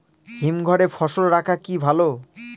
হিমঘরে ফসল রাখা কি ভালো?